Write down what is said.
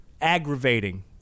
aggravating